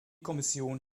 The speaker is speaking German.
kommission